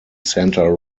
santa